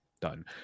done